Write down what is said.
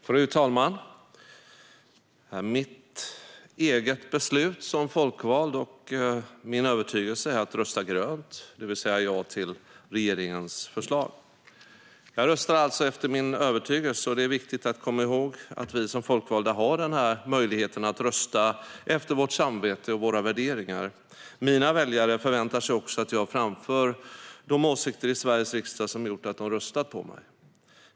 Fru talman! Mitt eget beslut som folkvald, och min övertygelse, är att rösta grönt, det vill säga ja, till regeringens förslag. Jag röstar alltså utifrån min övertygelse. Det är viktigt att komma ihåg att vi som folkvalda har denna möjlighet att rösta efter vårt samvete och våra värderingar. Mina väljare förväntar sig att jag i Sveriges riksdag framför de åsikter som har gjort att de har röstat på mig.